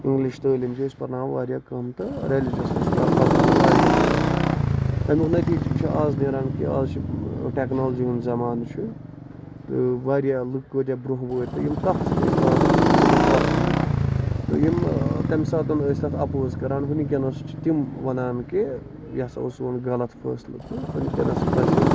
English تعلیٖم چھ أسۍ پرناوان واریاہ کَم تہٕ ریلِجس ٲسۍ پَرناوان واریاہ پَہمتھ تَمیُک نٔتیٖجہٕ چھُ آز نیران کہِ آز چھُ ٹیکنالجی ہُند زَمانہٕ چھُ تہٕ واریاہ لُکھ کٲتیاہ برونہہ وٲتۍ تہٕ یِم تَتھ سۭتۍ ٲسۍ وابسطٕ تِم کۭتیاہ پَتھ روٗد تہٕ یِم تَمہِ سات ٲسۍ اَتھ اَپوز کران ؤنکینَس چھِ تِم وَنان کہِ یہِ ہسا اوس سون غلط فٲصلہٕ تہٕ ؤنکینس پَزِ